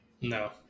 No